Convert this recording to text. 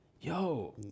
Yo